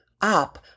up